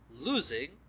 losing